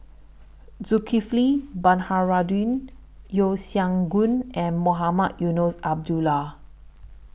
Zulkifli Baharudin Yeo Siak Goon and Mohamed Eunos Abdullah